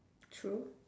true